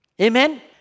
Amen